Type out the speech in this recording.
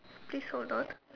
please hold on